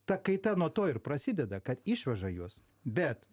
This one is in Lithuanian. ta kaita nuo to ir prasideda kad išveža juos bet